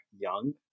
young